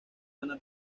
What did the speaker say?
ana